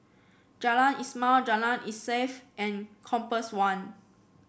Jalan Ismail Jalan Insaf and Compass One